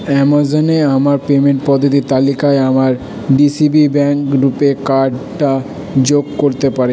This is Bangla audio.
অ্যামাজনে আমার পেমেন্ট পদ্ধতির তালিকায় আমার ডিসিবি ব্যাঙ্ক রুপে কার্ডটা যোগ করতে পারে